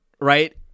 right